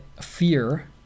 fear